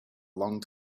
long